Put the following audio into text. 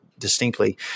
distinctly